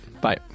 bye